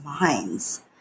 minds